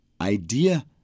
Idea